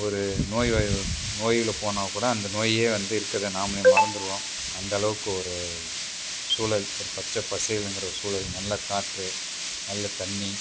ஒரு நோய்வாய் நோயில் போனால் கூட அந்த நோய் வந்து இருக்கிறத நாம்மளே மறந்துடுவோம் அந்த அளவுக்கு ஒரு சூழல் ஒரு பச்சை பசேலுங்கிற சூழல் நல்ல காற்று நல்ல தண்ணிர்